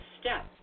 step